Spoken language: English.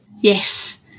yes